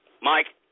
Mike